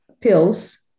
pills